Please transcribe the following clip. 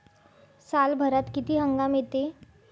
सालभरात किती हंगाम येते?